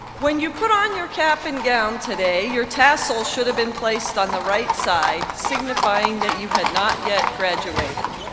when you put on your cap and gown today, your tassel should have been placed on the right side, signifying that you had not yet graduated.